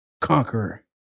conqueror